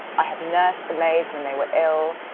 i have nursed the maids when they were ill,